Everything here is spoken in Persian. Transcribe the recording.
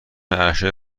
ارشد